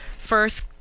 first